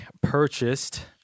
purchased